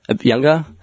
Younger